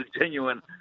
genuine